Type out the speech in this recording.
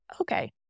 Okay